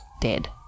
dead